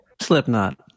Slipknot